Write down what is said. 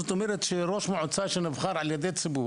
זאת אומרת שראש מועצה שנבחר על ידי ציבור,